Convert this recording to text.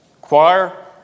choir